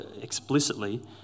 explicitly